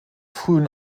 frühen